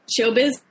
showbiz